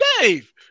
Dave